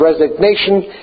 resignation